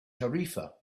tarifa